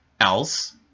else